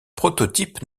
prototype